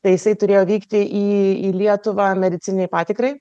tai jisai turėjo vykti į į lietuvą medicininei patikrai